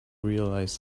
realize